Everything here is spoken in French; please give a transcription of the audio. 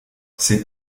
ces